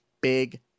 Big